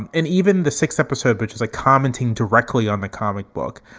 and and even the sixth episode, which is a commenting directly on the comic book,